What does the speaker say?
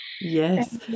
Yes